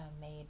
made